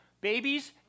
babies